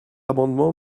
amendement